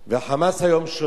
ה"חמאס" היום שולט,